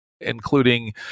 including